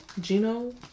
Gino